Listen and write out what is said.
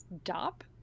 stop